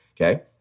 okay